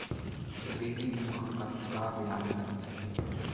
Credit मा कतका ब्याज लगथे?